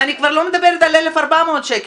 ואני כבר לא מדברת על 1,400 שקל,